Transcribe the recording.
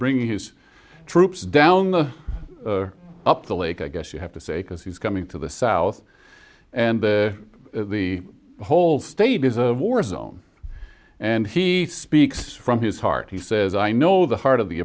bringing his troops down the up the lake i guess you have to say because he's coming to the south and the whole state is a war zone and he speaks from his heart he says i know the heart of the